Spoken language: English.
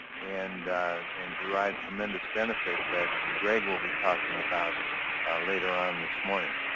and and derive tremendous benefit that gregg will be talking about later on this morning.